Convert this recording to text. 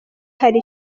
hari